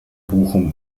bochum